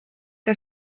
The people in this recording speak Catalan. que